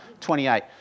28